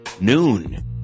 Noon